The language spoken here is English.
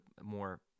more